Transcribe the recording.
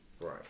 Right